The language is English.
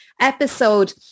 episode